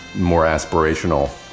more aspirational,